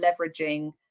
leveraging